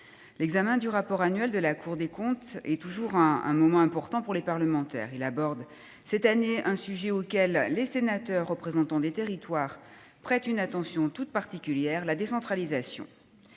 l'examen du rapport annuel de la Cour des comptes est toujours un moment important pour les parlementaires. Cette année, la Cour aborde un sujet auquel les sénateurs, représentants des territoires, prêtent une attention toute particulière : la décentralisation.